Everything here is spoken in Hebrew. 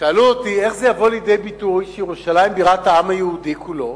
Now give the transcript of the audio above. שאלו אותי: איך זה יבוא לידי ביטוי שירושלים בירת העם היהודי כולו?